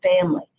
family